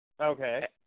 Okay